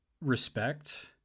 respect